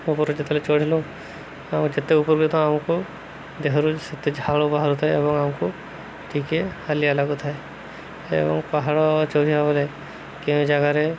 ଉପରେ ଯେତେବେଳେ ଚଢ଼ିଲୁ ଆମ ଯେତେ ଉପରୁ ତ ଆମକୁ ଦେହରୁ ସେତେ ଝାଳ ବାହାରୁଥାଏ ଏବଂ ଆମକୁ ଟିକେ ହାଲିଆ ଲାଗୁଥାଏ ଏବଂ ପାହାଡ଼ ଚଢ଼ିବା ବଲେ କେଉଁ ଜାଗାରେ